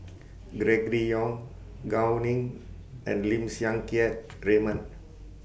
Gregory Yong Gao Ning and Lim Siang Keat Raymond